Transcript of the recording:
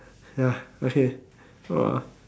ya okay !wah!